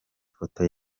foto